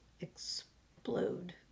explode